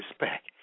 respect